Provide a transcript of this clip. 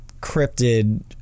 cryptid